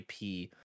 IP